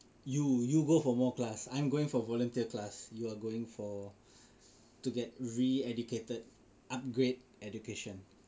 you you go for more class I'm going for volunteer class you are going for to get re-educated upgrade education